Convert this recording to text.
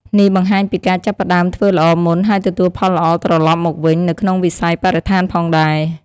នេះបង្ហាញពីការចាប់ផ្តើមធ្វើល្អមុន ហើយទទួលផលល្អត្រឡប់មកវិញ នៅក្នុងវិស័យបរិស្ថានផងដែរ។